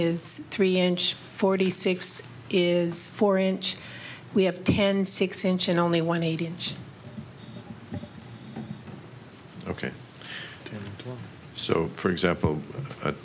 is three inch forty six is four inch we have ten six inch and only one eight inch ok so for example